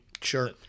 Sure